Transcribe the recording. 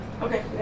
Okay